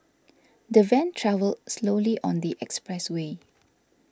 the van travelled slowly on the expressway